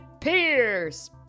Pierce